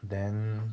then